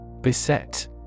Beset